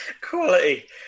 Quality